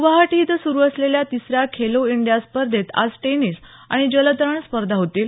गुवाहाटी इथं सुरु असलेल्या तिसर्या खेलो इंडिया स्पर्धेत आज टेनिस आणि जलतरण स्पर्धा होतील